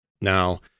Now